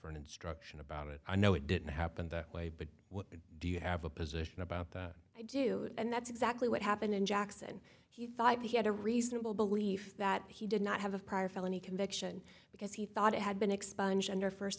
for an instruction about it i know it didn't happen that way but what do you have a position about that i do and that's exactly what happened in jackson he five he had a reasonable belief that he did not have a prior felony conviction because he thought it had been expunged and our first